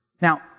Now